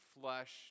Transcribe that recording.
flesh